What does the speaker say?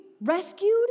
rescued